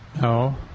No